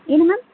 என்ன மேம்